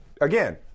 Again